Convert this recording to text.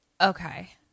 Okay